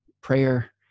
prayer